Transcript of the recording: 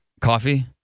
Coffee